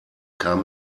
kam